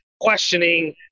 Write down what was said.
questioning